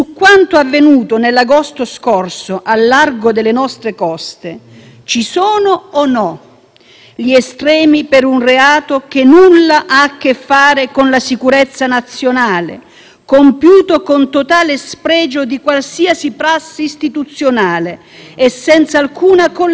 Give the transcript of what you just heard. gli estremi per un reato che nulla ha a che fare con la sicurezza nazionale, compiuto con totale spregio di qualsiasi prassi istituzionale e senza alcuna collegialità, come dimostrano i documenti analizzati dalla Giunta per l'autorizzazione a procedere?